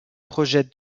projette